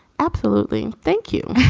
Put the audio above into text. absolutely. thank you